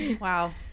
wow